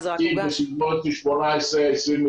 אבל אם נקבל תקציב בסביבות 20-18 מיליון